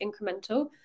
incremental